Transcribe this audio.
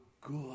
good